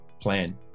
plan